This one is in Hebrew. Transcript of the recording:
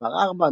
מס' 4,